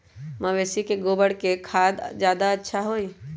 मवेसी के गोबर के खाद ज्यादा अच्छा होई?